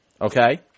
okay